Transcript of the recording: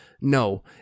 No